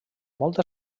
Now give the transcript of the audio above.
molt